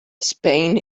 spain